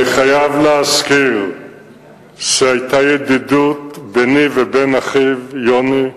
אני חייב להזכיר שהיתה ידידות ביני לבין אחיו יוני.